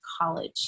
college